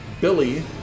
Billy